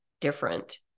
different